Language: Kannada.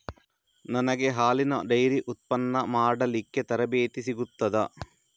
ನನಗೆ ಹಾಲಿನ ಡೈರಿ ಉತ್ಪನ್ನ ಮಾಡಲಿಕ್ಕೆ ತರಬೇತಿ ಸಿಗುತ್ತದಾ?